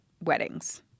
weddings